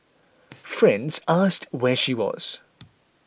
friends asked where she was